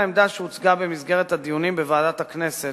העמדה שהוצגה במסגרת הדיונים בוועדת הכנסת